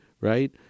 right